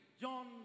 John